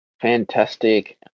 fantastic